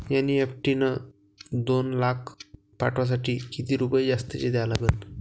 NEFT न दोन लाख पाठवासाठी किती रुपये जास्तचे द्या लागन?